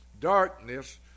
darkness